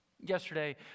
Yesterday